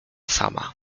sama